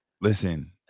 listen